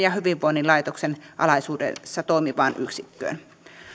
ja hyvinvoinnin laitoksen alaisuudessa toimivaan yksikköön